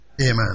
Amen